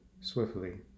swiftly